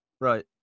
right